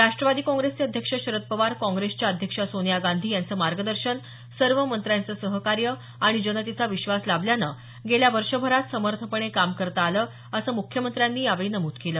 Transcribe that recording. राष्ट्रवादी काँग्रेसचे अध्यक्ष शरद पवार काँग्रेसच्या अध्यक्ष सोनिया गांधी यांचं मार्गदर्शन सर्व मंत्र्यांचं सहकार्य आणि जनतेचा विश्वास लाभल्यानं गेल्या वर्षभरात समर्थपणे काम करता आलं असं मुख्यमंत्र्यांनी यावेळी नमूद केल